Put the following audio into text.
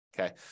Okay